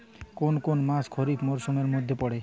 কোন কোন মাস খরিফ মরসুমের মধ্যে পড়ে?